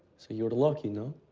so you're lucky, no?